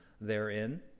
therein